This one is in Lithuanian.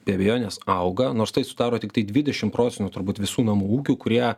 be abejonės auga nors tai sudaro tiktai dvidešim procentų nuo turbūt visų namų ūkių kurie